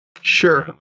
Sure